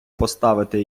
поставити